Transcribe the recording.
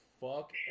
fuck